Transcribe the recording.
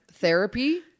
Therapy